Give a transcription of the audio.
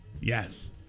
Yes